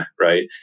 right